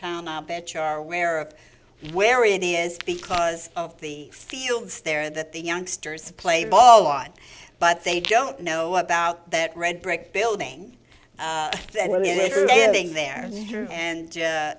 town are better are aware of where it is because of the fields there that the youngsters play ball on but they don't know about that red brick building being there and